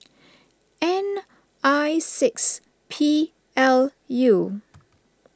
N I six P L U